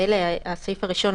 הסעיף הראשון,